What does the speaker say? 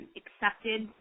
accepted